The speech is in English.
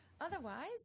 Otherwise